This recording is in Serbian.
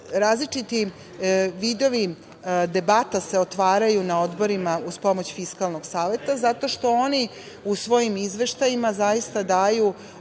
sednicu Odbora. Debate se otvaraju na odborima uz pomoć Fiskalnog saveta zato što oni u svojim izveštajima zaista daju